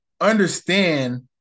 understand